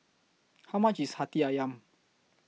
How much IS Hati Ayam